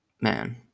man